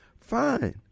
fine